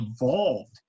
evolved